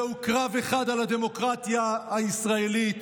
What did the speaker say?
זה קרב אחד על הדמוקרטיה הישראלית,